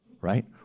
right